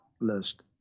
list